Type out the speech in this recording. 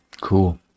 cool